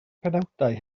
penawdau